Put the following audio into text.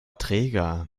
träger